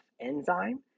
enzyme